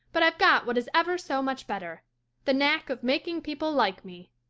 but i've got what is ever so much better the knack of making people like me.